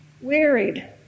Wearied